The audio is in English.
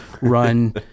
run